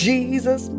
Jesus